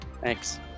Thanks